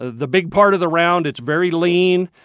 the big part of the round, it's very lean.